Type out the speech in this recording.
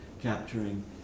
capturing